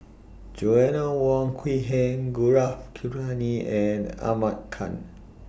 Joanna Wong Quee Heng Gaurav and Ahmad Khan